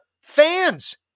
Fans